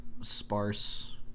sparse